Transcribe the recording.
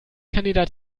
kandidat